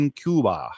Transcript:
cuba